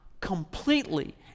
completely